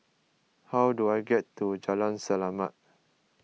how do I get to Jalan Selamat